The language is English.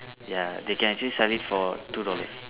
ya they can actually sell it for two dollars